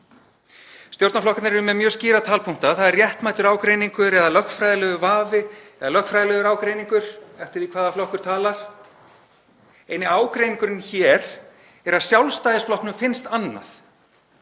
Stjórnarflokkarnir eru með mjög skýra talpunkta, það er réttmætur ágreiningur, lögfræðilegur vafi eða lögfræðilegur ágreiningur eftir því hvaða flokkur talar. Eini ágreiningurinn hér er að Sjálfstæðisflokknum finnst annað.